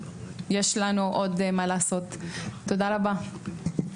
שיש לנו עוד מה לעשות למען הילדים האלה ועם הילדים האלה.